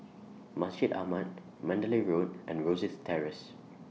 Masjid Ahmad Mandalay Road and Rosyth Terrace